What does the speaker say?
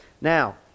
Now